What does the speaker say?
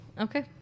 Okay